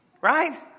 Right